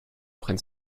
prenne